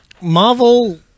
Marvel